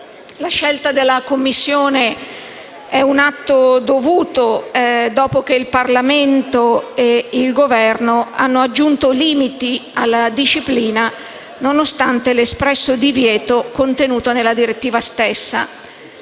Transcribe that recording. La scelta della Commissione è un atto dovuto dopo che il Parlamento e il Governo hanno aggiunto limiti alla disciplina, nonostante l'espresso divieto contenuto nella direttiva stessa.